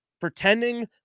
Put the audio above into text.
pretending